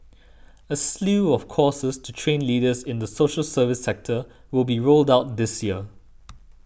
a slew of courses to train leaders in the social service sector will be rolled out this year